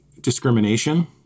discrimination